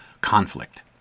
conflict